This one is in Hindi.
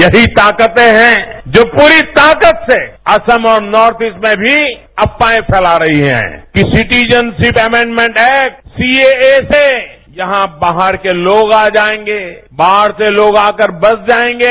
यही ताकतें हैं जो पूरी ताकत से असम और नॉर्थ ईस्ट में भी अफवाहें फैला रही हैं कि सिटिजनशिप अमेंडमेंट एक्ट सीएए से यहां बाहर के लोग आ जाएंगे बाहर से लोग आकर बस जाएंगे